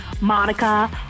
Monica